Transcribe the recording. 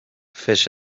fish